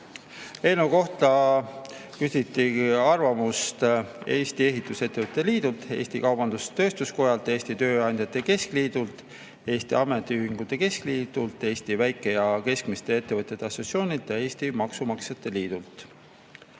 Eelnõu kohta küsiti arvamust Eesti Ehitusettevõtjate Liidult, Eesti Kaubandus- Tööstuskojalt, Eesti Tööandjate Keskliidult, Eesti Ametiühingute Keskliidult, Eesti Väike- ja Keskmiste Ettevõtjate Assotsiatsioonilt ning Eesti Maksumaksjate Liidult.